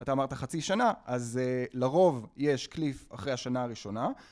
אתה אמרת חצי שנה, אז לרוב יש קליף אחרי השנה הראשונה.